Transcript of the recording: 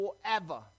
forever